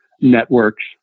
networks